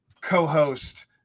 co-host